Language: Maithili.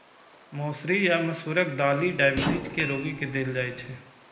मौसरी या मसूरक दालि डाइबिटीज के रोगी के देल जाइ छै